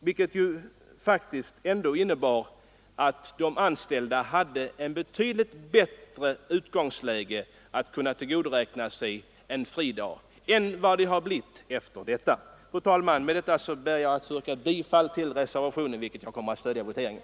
Det skulle innebära att de anställda hade ett betydligt bättre utgångsläge för att kunna tillgodoräkna sig en fridag än vad de nu har fått. Fru talman! Med detta ber jag att få yrka bifall till reservationen, vilken jag kommer att stödja vid voteringen.